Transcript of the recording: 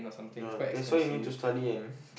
no that's why you need to study and